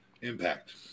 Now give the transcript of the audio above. Impact